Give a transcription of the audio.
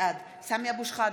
בעד סמי אבו שחאדה,